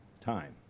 time